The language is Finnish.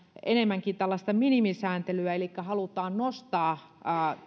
enemmänkin tällaista minimisääntelyä elikkä halutaan nostaa